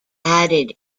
added